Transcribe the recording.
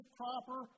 proper